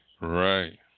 Right